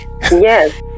Yes